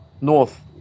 North